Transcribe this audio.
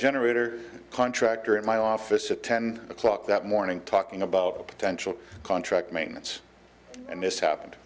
generator contractor in my office at ten o'clock that morning talking about a potential contract maintenance and this happened